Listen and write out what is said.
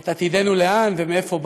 את עתידנו לאן ומאיפה באנו,